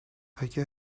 اگه